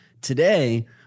Today